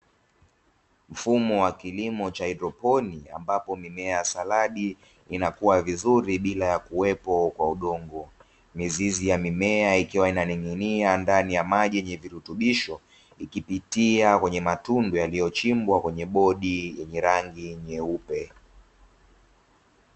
Mfumo wa kilimo cha haidroponi ambapo mimea ya saladi inakuwa vizuri bila kuwepo kwa udongo. Mizizi ya mimea ikiwa inaning'inia ndani ya maji yenye virutubisho ikipitia kwenye matundu yaliyochimbwa kwenye bodi yenye rangi nyeupe.